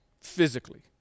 physically